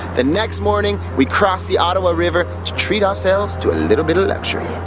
the next morning, we crossed the ottawa river to treat ourselves to a little bit of luxury.